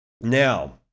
Now